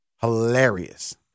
Hilarious